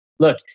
Look